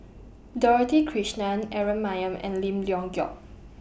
Dorothy Krishnan Aaron Maniam and Lim Leong Geok